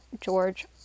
George